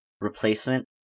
replacement